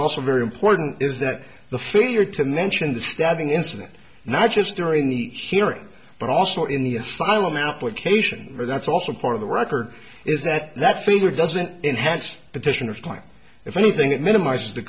also very important is that the failure to mention the stabbing incident not just during the hearing but also in the asylum application or that's also part of the record is that that figure doesn't enhance petitioners climb if anything it minimizes the